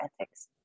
ethics